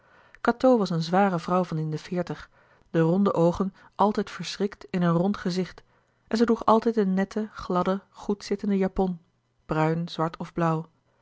cateau was een zware vrouw van in de veertig de ronde oogen altijd verschrikt in een rond gezicht en ze droeg altijd een nette gladde goedzittende japon bruin zwart of blauw